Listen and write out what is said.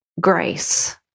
grace